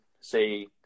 say